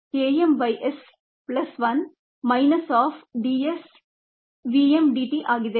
Km by s plus 1minus of d s v m d t ಆಗಿದೆ